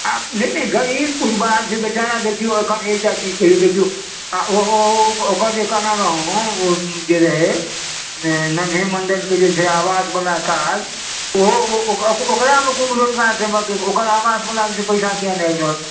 आब नहि नहि गरीब गुरबाँ छै बेचारा देखिऔ अखन एकटा चीज कहियौ देखिऔ आ ओ ओकर जे कहने रहौ ओ जे रहै नन्हे मण्डलके जे छै आवासबला काज ओहो ओकरामे कोन ओकर आवासबलामे पैसा किआ नहि आबि रहल छै